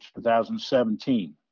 2017